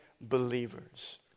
believers